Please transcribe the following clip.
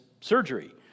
surgery